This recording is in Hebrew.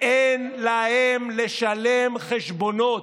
אין להם לשלם חשבונות.